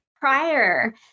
prior